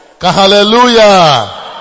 Hallelujah